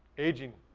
aging,